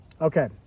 Okay